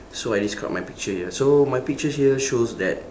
so I describe my picture here so my pictures here shows that